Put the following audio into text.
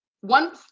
One